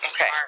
Okay